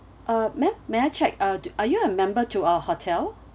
uh ma'am may I check uh d~ are you a member to our hotel